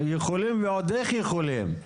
יכולים ועוד איך יכולים.